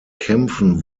kämpfen